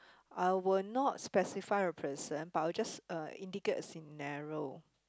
I will not specify a person but I will just uh indicate a scenario